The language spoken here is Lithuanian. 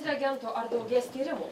reagentų ar daugės tyrimų